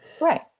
Right